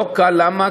לא קל, למה?